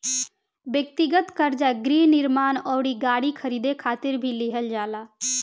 ब्यक्तिगत कर्जा गृह निर्माण अउरी गाड़ी खरीदे खातिर भी लिहल जाला